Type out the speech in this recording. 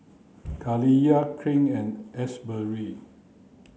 Kaliyah Clint and Asbury